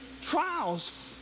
trials